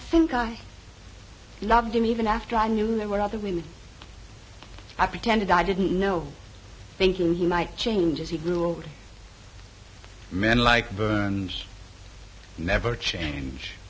think i loved him even after i knew there were other when i pretended i didn't know thinking he might change as he grew older men like burns never change